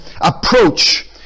approach